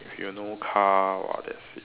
if you no car !wah! that's it